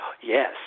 Yes